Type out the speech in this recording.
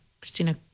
Christina